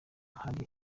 hari